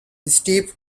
steep